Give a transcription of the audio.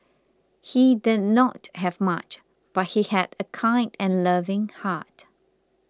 he did not have much but he had a kind and loving heart